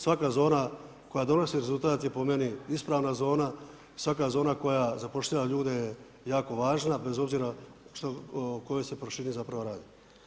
Svaka zona koja donosi rezultat je po meni ispravna zona, svaka zona koja zapošljava ljude je jako važna, bez obzira o kojoj se površini zapravo radi.